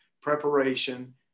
preparation